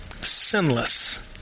Sinless